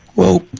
well,